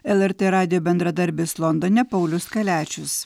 lrt radijo bendradarbis londone paulius kaliačius